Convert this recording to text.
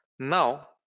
Now